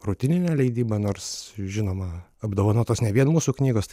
rutinine leidyba nors žinoma apdovanotos ne vien mūsų knygos